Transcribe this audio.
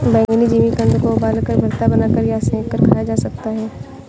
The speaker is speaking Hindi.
बैंगनी जिमीकंद को उबालकर, भरता बनाकर या सेंक कर खाया जा सकता है